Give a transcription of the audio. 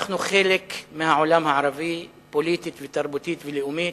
אנחנו חלק מהעולם הערבי פוליטית ותרבותית ולאומית,